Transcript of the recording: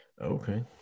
Okay